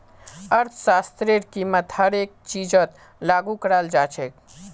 अर्थशास्त्रतेर कीमत हर एक चीजत लागू कराल जा छेक